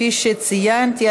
כפי שציינתי,